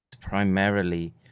primarily